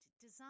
design